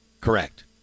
Correct